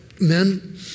Men